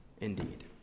indeed